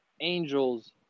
Angels